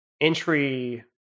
entry